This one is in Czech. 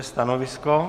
Stanovisko?